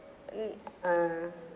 mm uh